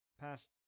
past